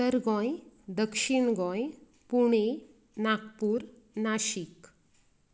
उत्तर गोंय दक्षिण गोंय पुणे नागपूर नाशिक